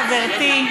חברתי,